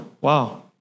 Wow